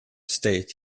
state